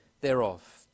thereof